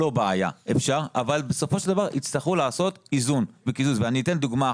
אבל בסופו של דבר יצטרכו לעשות איזון וקיזוז ואני אתן דוגמה.